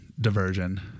diversion